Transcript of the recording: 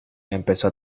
empezó